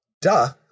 duh